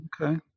Okay